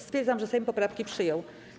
Stwierdzam, że Sejm poprawki przyjął.